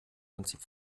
prinzip